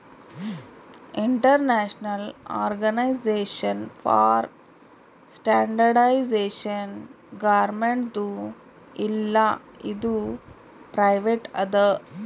international organisation for standardisation ಗೌರ್ಮೆಂಟ್ದು ಇಲ್ಲ ಇದು ಪ್ರೈವೇಟ್ ಅದಾ